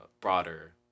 broader